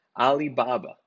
Alibaba